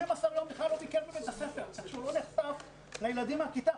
12 ימים בכלל לא ביקר בבית הספר כך שהוא לא נחשף לילדים מהכיתה,